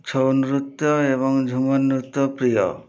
ଛଉ ନୃତ୍ୟ ଏବଂ ଝୁମର୍ ନୃତ୍ୟ ପ୍ରିୟ